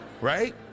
Right